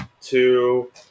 two